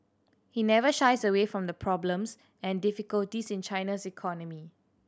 he never shies away from the problems and difficulties in China's economy